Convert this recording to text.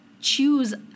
choose